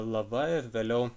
lava ir vėliau